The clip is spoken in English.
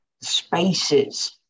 spaces